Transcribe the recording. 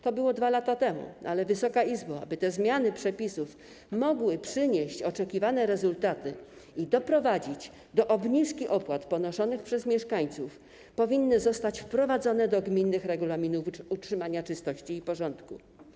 To było 2 lata temu, ale aby te zmiany przepisów mogły przynieść oczekiwane rezultaty i doprowadzić do obniżki opłat ponoszonych przez mieszkańców, powinny zostać wprowadzone do gminnych regulaminów utrzymania czystości i porządku.